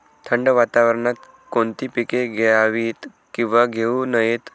थंड वातावरणात कोणती पिके घ्यावीत? किंवा घेऊ नयेत?